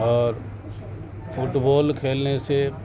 اور فٹبال کھیلنے سے